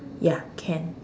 ya can